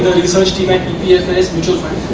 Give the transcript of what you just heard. research team at ppfas mutual fund.